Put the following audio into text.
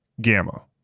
Gamma